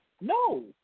no